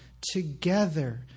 together